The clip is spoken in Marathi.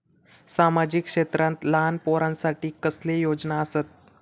सामाजिक क्षेत्रांत लहान पोरानसाठी कसले योजना आसत?